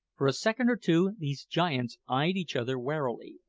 for a second or two these giants eyed each other warily,